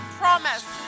promise